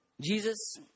Jesus